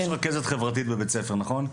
יש רכזת חברתית בבית ספר נכון?